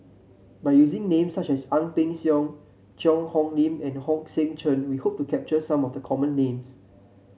by using names such as Ang Peng Siong Cheang Hong Lim and Hong Sek Chern we hope to capture some of the common names